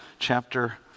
Chapter